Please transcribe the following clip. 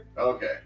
Okay